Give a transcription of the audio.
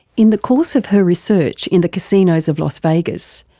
in the course of her research in the casinos of las vegas,